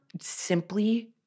simply